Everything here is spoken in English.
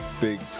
big